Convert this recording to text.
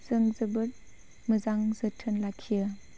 जों जोबोद मोजां जोथोन लाखियो